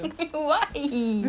why